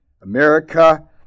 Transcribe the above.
America